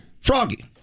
Froggy